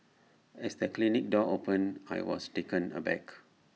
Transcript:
as the clinic door opened I was taken aback